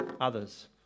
others